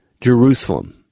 Jerusalem